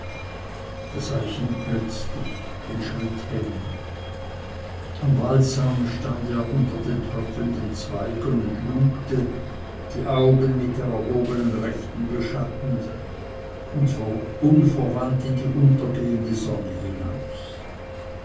da sah ich ihn plötzlich verwundert den schritt hemmen am waldsaume stand er unter den tröpfelnden zweigen und lugte die augen mit der erhobenen rechten beschattend unverwandt in die untergehende sonne hinaus